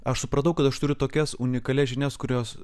aš supratau kad aš turiu tokias unikalias žinias kurios